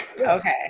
Okay